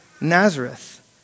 Nazareth